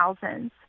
thousands